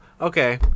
okay